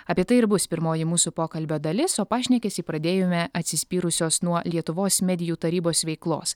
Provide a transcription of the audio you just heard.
apie tai ir bus pirmoji mūsų pokalbio dalis o pašnekesį pradėjome atsispyrusios nuo lietuvos medijų tarybos veiklos